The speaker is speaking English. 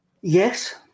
Yes